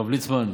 הרב ליצמן,